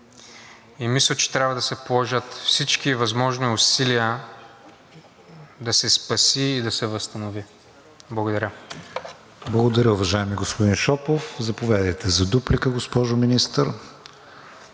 Мисля, че трябва да се положат всички възможни усилия да се спаси и да се възстанови. Благодаря. ПРЕДСЕДАТЕЛ КРИСТИАН ВИГЕНИН: Благодаря, уважаеми господин Шопов. Заповядайте за дуплика, госпожо Министър.